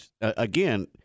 again